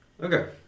Okay